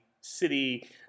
city